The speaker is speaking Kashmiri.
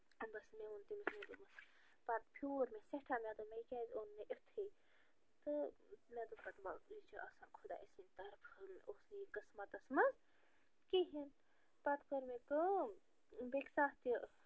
بس مےٚ وٚن تٔمِس مےٚ دوٚپمس پتہٕ فیوٗر مےٚ سٮ۪ٹھاہ مےٚ دوٚپ مےٚ کیٛازِ اوٚن نہٕ یُتھٕے تہٕ مےٚ دوٚپ پتہٕ ول یہِ چھُ آسان خۄدایہِ سٕنٛدۍ طرفہٕ مےٚ اوس نہٕ یہِ قٕسمتس منٛز کِہیٖنۍ پتہٕ کٔر مےٚ کٲم بیٚکہِ سات تہِ